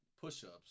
push-ups